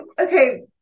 okay